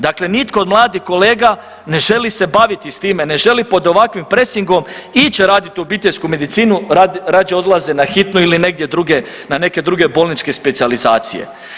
Dakle, nitko od mladih kolega ne želi se baviti s time, ne želi pod ovakvim presingom ići raditi u obiteljsku medicinu, rađe odlaze na hitnu ili negdje drugdje na neke druge bolničke specijalizacije.